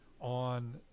on